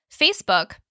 Facebook